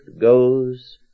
goes